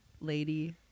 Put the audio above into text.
lady